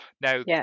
Now